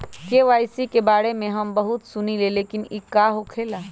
KYC के बारे में हम बहुत सुनीले लेकिन इ का होखेला?